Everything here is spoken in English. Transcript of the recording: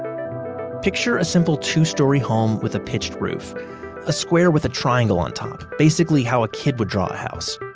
picture a simple two-story home with a pitched roof a square with a triangle on top basically how a kid would draw a house.